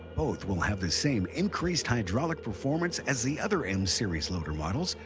both will have the same increased hydraulic performance as the other m-series loader models,